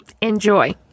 Enjoy